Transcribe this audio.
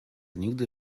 nigdy